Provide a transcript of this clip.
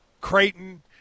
Creighton